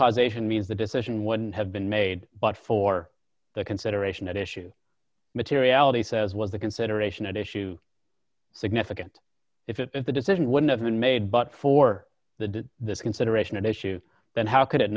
causation means the decision wouldn't have been made but for the consideration at issue materiality says was the consideration at issue significant if it is the decision would have been made but for the did this consideration an issue then how could